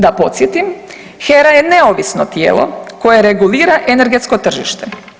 Da podsjetim HERA je neovisno tijelo koje regulira energetsko tržište.